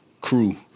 crew